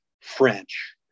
French